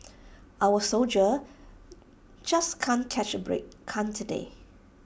our soldiers just can't catch A break can't they